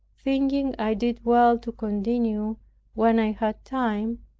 thinking i did well to continue when i had time,